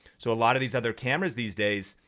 so a lot of these other cameras these days,